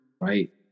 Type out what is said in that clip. Right